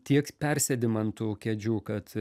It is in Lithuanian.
tiek persėdim ant tų kėdžių kad